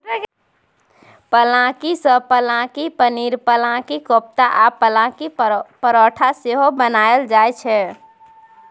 पलांकी सँ पलांकी पनीर, पलांकी कोपता आ पलांकी परौठा सेहो बनाएल जाइ छै